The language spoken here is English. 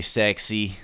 sexy